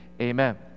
amen